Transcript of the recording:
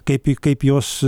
kaip kaip jos